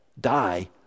die